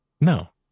No